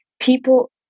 people